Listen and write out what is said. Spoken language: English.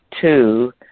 Two